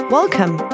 Welcome